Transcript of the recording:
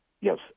Yes